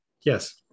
Yes